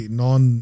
non